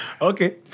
Okay